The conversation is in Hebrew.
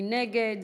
מי נגד?